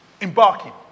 Embarking